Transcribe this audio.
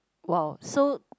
wow so